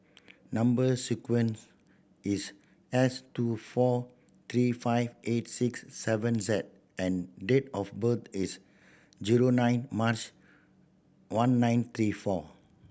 number sequence is S two four three five eight six seven Z and date of birth is nine March one nine three four